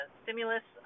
stimulus